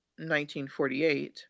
1948